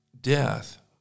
death